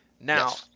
now